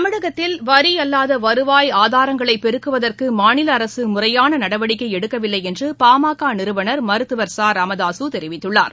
தமிழகத்தில் வரி அல்வாத வருவாய் ஆதாரங்களை பெருக்குவதற்கு மாநில அரசு முறையான நடவடிக்கை எடுக்கவில்லை என்று பாமக நிறுவனர் மருத்துவர் ச ராமதாசு தெரிவித்துள்ளார்